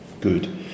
good